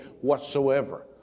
whatsoever